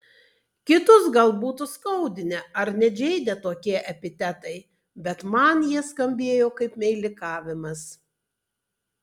kitus gal būtų skaudinę ar net žeidę tokie epitetai bet man jie skambėjo kaip meilikavimas